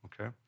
Okay